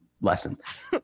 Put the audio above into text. lessons